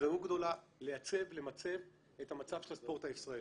הזדמנות גדולה לייצב ולמצב את המצב של הספורט הישראלי.